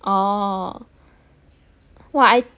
oh !wah! I thi~